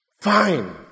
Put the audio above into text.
fine